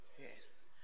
Yes